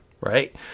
right